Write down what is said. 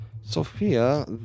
Sophia